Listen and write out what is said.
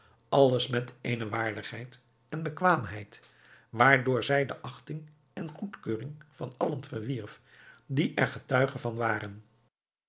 alles met eene waardigheid en bekwaamheid waardoor zij de achting en goedkeuring van allen verwierf die er getuige van waren